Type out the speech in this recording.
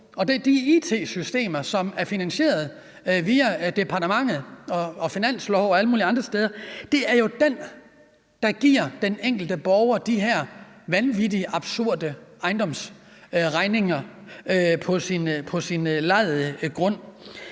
og de it-systemer, som er finansieret via departementet og finanslove og alle mulige andre ting, jo er det, der giver den enkelte borger de her vanvittig absurde ejendomsregninger på borgerens lejede grund.